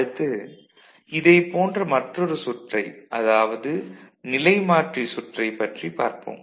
அடுத்து இதைப்போன்ற மற்றொரு சுற்றை அதாவது நிலைமாற்றி சுற்றைப் பற்றி பார்ப்போம்